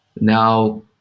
now